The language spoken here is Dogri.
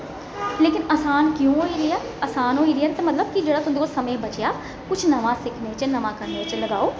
लेकिन असान क्यों होई दी ऐ असान होई दी ऐ ते मतलब जेह्ड़ा तुंदे कोल समें बचेआ कुछ नमां सिक्खने च नमां करने च लगाओ